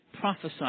prophesied